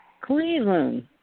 Cleveland